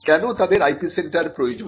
কেন তাদের IPসেন্টার প্রয়োজন